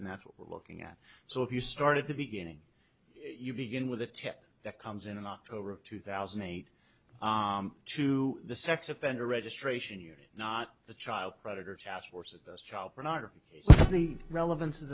and that's what we're looking at so if you started the beginning you begin with a tip that comes in and october of two thousand and eight to the sex offender registration you're not the child predator task force of child pornography the relevance of